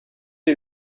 est